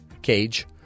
cage